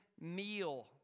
meal